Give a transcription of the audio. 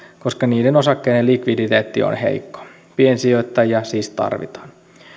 koska niiden osakkeiden likviditeetti on heikko piensijoittajia siis tarvitaan